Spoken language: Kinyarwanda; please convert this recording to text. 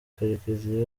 karekezi